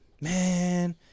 man